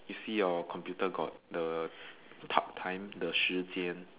you see your computer got the t~ time the 时间